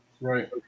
Right